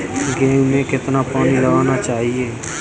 गेहूँ में कितना पानी लगाना चाहिए?